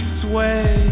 sway